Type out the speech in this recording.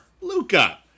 Luca